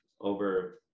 over